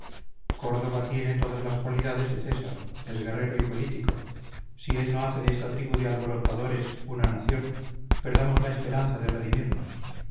córdova tiene todas las cualidades de césar es guerrero y político si él no hace de esta tribu de alborotadores una nación perdamos la esperanza de redimirnos